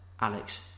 Alex